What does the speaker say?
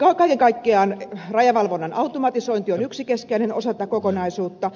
kaiken kaikkiaan rajavalvonnan automatisointi on yksi keskeinen osa tätä kokonaisuutta